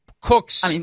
Cooks